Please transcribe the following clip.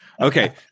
Okay